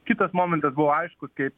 kitas momentas buvo aišku kaip